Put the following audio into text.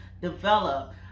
develop